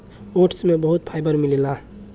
oats में बहुत fibre मिलेला